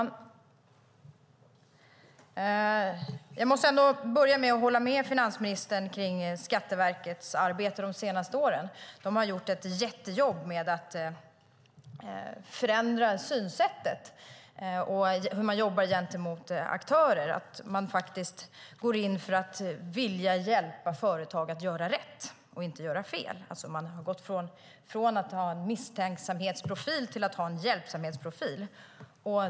Herr talman! Jag måste hålla med finansministern om Skatteverkets arbete de senaste åren. Skatteverket har gjort ett jättejobb med att förändra synsättet när det gäller hur man jobbar gentemot aktörer. Man går in för att vilja hjälpa företag att göra rätt och inte göra fel. Man har gått från att ha en misstänksamhetsprofil till att ha en hjälpsamhetsprofil.